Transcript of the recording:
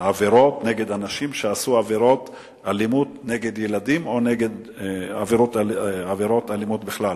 נגד אנשים שעשו עבירות אלימות נגד ילדים או עבירות אלימות בכלל.